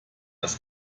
ist